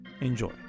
enjoy